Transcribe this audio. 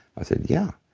i said, yeah.